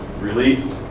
Relief